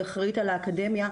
היא אחראית על האקדמיה,